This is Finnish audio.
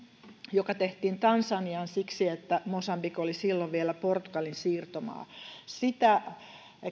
joka tehtiin tansaniaan siksi että mosambik oli silloin vielä portugalin siirtomaa sitä